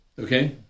Okay